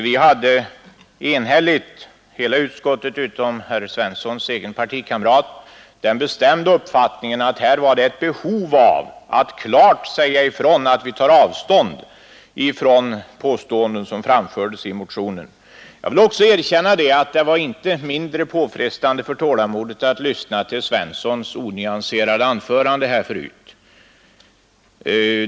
Vi hade enhälligt — hela utskottet utom herr Svenssons i Malmö egen partikamrat — den bestämda uppfattningen, att här var det ett behov att klart säga ifrån att vi tar avstånd från påståenden som fram fördes i motionen. Jag vill också erkänna att det var inte mindre påfrestande för tålamodet att lyssna till herr Svenssons i Malmö onyanserade anförande.